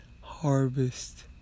harvest